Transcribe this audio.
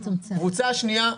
קבוצה שנייה,